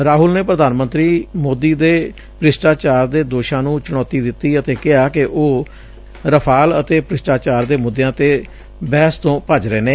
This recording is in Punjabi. ਰਾਹੁਲ ਨੇ ਪ੍ਰਧਾਨ ਮੰਤਰੀ ਮੋਦੀ ਦੇ ਭ੍ਰਿਸ਼ਟਾਚਾਰ ਦੇ ਦੋਸ਼ਾਂ ਨੰ ਚੁਣੌਤੀ ਦਿੱਤੀ ਅਤੇ ਕਿਹਾ ਕਿ ਉਹ ਰਾਫਾਲ ਅਤੇ ਭ੍ਰਿਸ਼ਟਾਚਾਰ ਦੇ ਮੁੱਦਿਆਂ ਤੇ ਬਹਿਸ ਤੋਂ ਭੱਜ ਰਹੇ ਨੇ